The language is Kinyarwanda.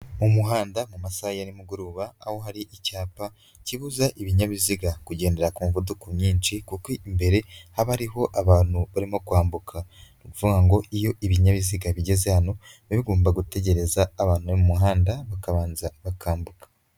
Mu muhanda mu masaha ya nimugoroba aho hari icyapa kibuza ibinyabiziga kugendera ku muvuduko mwinshi kuko imbere haba hariho abantu barimo kwambuka, ni ukuvuga ngo iyo ibinyabiziga bigeze hano bigomba gutegereza abantu bari mu muhanda bakabanza bakambuka.